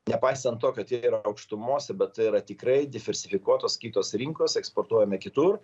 nepaisant to kad jie yra aukštumose bet tai yra tikrai diversifikuotos kitos rinkos eksportuojame kitur